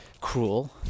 cruel